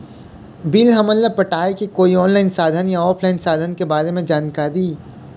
Bill हमन ला पटाए के कोई ऑनलाइन साधन या ऑफलाइन साधन के बारे मे जानकारी?